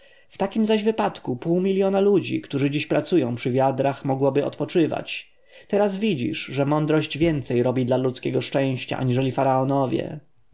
w takim zaś wypadku pół miljona ludzi którzy dziś pracują przy wiadrach mogłoby odpoczywać teraz widzisz że mądrość więcej robi dla ludzkiego szczęścia aniżeli faraonowie